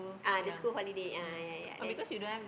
ah the school holiday ah ya ya then